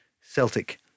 Celtic